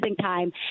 time